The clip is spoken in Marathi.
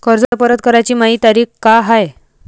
कर्ज परत कराची मायी तारीख का हाय?